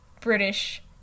British